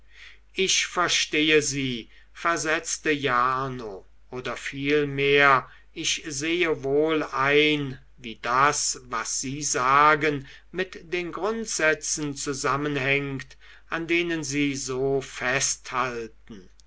ich verstehe sie versetzte jarno oder vielmehr ich sehe wohl ein wie das was sie sagen mit den grundsätzen zusammenhängt an denen sie so festhalten